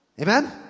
Amen